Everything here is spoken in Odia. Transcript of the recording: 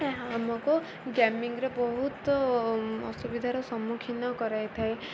ଆମକୁ ଗେମିଙ୍ଗରେ ବହୁତ ଅସୁବିଧାର ସମ୍ମୁଖୀନ କରାଇଥାଏ